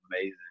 amazing